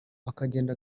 akagenda